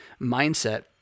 mindset